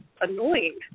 annoying